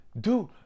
Dude